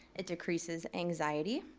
it decreases anxiety.